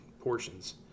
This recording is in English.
portions